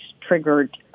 triggered